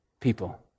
people